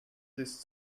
this